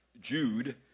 Jude